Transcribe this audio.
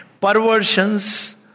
perversions